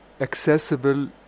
accessible